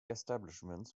establishments